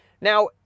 Now